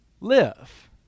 live